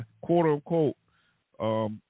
quote-unquote